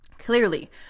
clearly